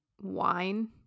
wine